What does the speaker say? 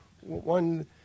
one